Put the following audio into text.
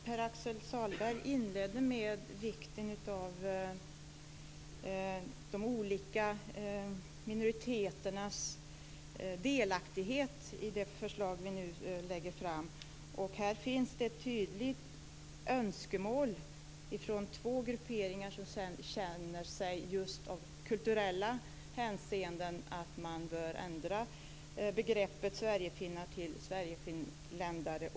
Fru talman! Pär-Axel Sahlberg inledde med vikten av de olika minoriteternas delaktighet i det förslag vi nu lägger fram. Här finns ett tydligt önskemål från två grupperingar som just i kulturellt hänseende känner att man bör ändra begreppet sverigefinnar till sverigefinländare.